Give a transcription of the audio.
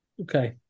Okay